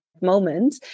moment